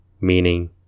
Meaning